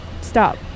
Stop